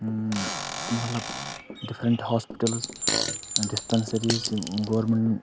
مطلب different hospitals dispensaries یِم government